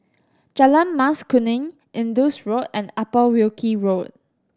Jalan Mas Kuning Indus Road and Upper Wilkie Road